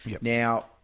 now